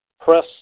press